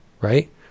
right